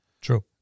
True